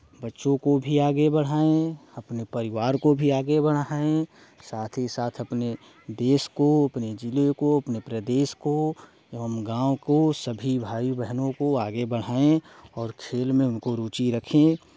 बच्चों को भी आगे बढ़ाएं अपने परिवार को भी आगे बढ़ाएं साथ ही साथ अपने देश को अपने जिले को अपने प्रदेश को एवं गाँव को सभी भाई बहनों को आगे बढ़ाएं और खेल में उनको रुचि रखें